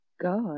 God